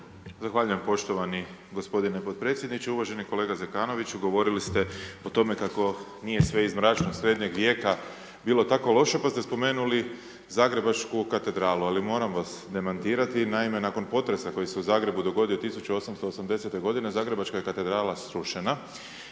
Zahvaljujem poštovani gospodine potpredsjedniče. Uvaženi kolega Zekanoviću, govorili ste o tome kako nije sve .../Govornik se ne razumije./... srednjeg vijeka bilo tako loše pa ste spomenuli Zagrebačku katedralu. Ali moram vas demantirati, naime, nakon potresa koji se u Zagrebu dogodio 1880. godine Zagrebačka katedrala je srušena